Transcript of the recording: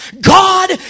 God